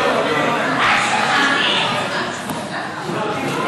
ההצעה להעביר לוועדה את הצעת חוק להנצחת זכרו של רחבעם זאבי (תיקון,